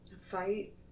Fight